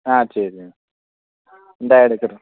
ஆ சரி மேம் இந்தா எடுக்கிறேன்